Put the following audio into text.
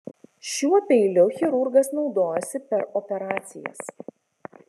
šiuo peiliu chirurgas naudojosi per operacijas